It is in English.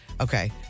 Okay